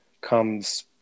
comes